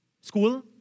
school